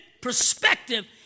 perspective